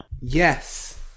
Yes